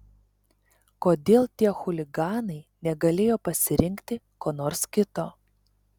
kodėl tie chuliganai negalėjo pasirinkti ko nors kito